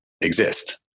exist